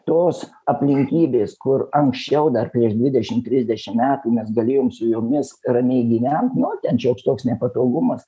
tos aplinkybės kur anksčiau dar prieš dvidešimt trisdešimt metų mes galėjom su jomis ramiai gyvent nu ten šioks toks nepatogumas